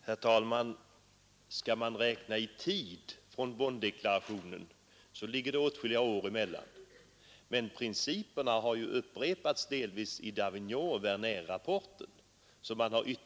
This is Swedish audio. Herr talman! Skall man räkna i tid från Bonndeklarationen ligger åtskilliga år emellan, men principerna har ju delvis upprepats och bestyrkts i Davignonoch Wernerrapporterna.